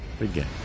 again